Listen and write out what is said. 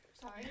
Sorry